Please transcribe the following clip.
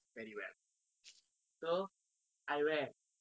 very well so I went